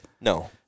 No